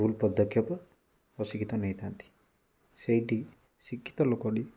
ଭୁଲ ପଦକ୍ଷେପ ଅଶିକ୍ଷିତ ନେଇଥାନ୍ତି ସେଇଠି ଶିକ୍ଷିତ ଲୋକଟି